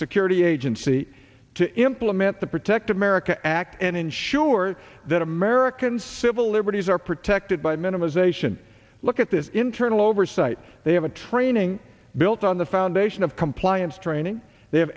security agency to implement the protect america act and ensure that american civil liberties are protected by minimisation look at this internal oversight they have a training built on the foundation of compliance training they